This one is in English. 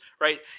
right